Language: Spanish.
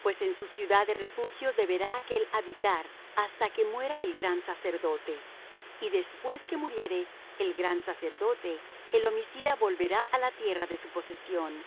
pues en su ciudad de refugio deberá aquél habitar hasta que muera el gran sacerdote y después que muriere el gran sacerdote el homicida volverá á la tierra de su posesión